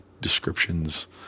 descriptions